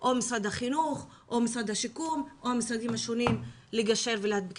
או משרד השיכון או המשרדים השונים לגשר ולהדביק